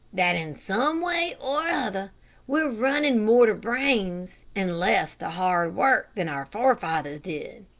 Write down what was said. that in some way or other we're running more to brains and less to hard work than our forefathers did.